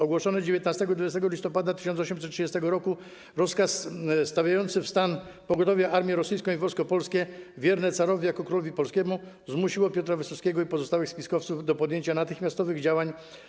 Ogłoszony 19 i 20 listopada 1830 r. rozkaz stawiający w stan pogotowia armię rosyjską i Wojsko Polskie wierne carowi jako królowi polskiemu zmusiło Piotra Wysockiego i pozostałych spiskowców do podjęcia natychmiastowych działań.